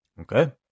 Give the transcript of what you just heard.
Okay